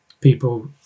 people